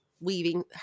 weaving